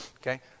Okay